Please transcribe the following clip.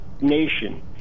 nation